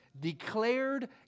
declared